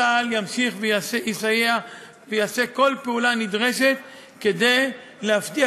צה"ל ימשיך ויסייע ויעשה כל פעולה נדרשת כדי להבטיח